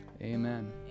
Amen